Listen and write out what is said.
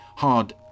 hard